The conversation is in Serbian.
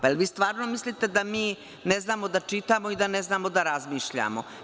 Jel vi stvarno mislite da mi ne znamo da čitamo i da ne znamo da razmišljamo?